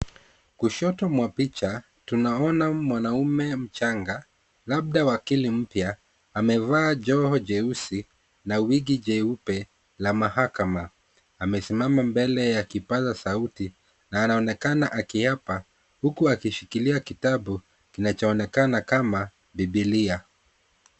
Kushoto mwa picha, tunaona mwanaume mchanga, labda wakili mpya. Amevaa joho jeusi na wigi jeupe la mahakama. Amesimama mbele ya kipaza sauti na anaonekana akiapa huku akishikilia kitabu kinachoonekana kama Bibilia.